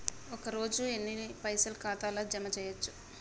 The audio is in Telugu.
ఒక రోజుల ఎన్ని పైసల్ ఖాతా ల జమ చేయచ్చు?